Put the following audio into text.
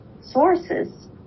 sources